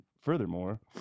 furthermore